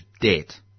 debt